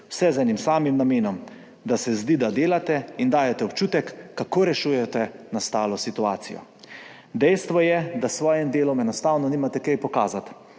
vse z enim samim namenom, da se zdi, da delate in dajete občutek, kako rešujete nastalo situacijo. Dejstvo je, da s svojim delom enostavno nimate kaj pokazati.